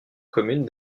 commune